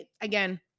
again